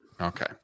Okay